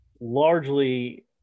largely